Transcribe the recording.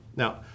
Now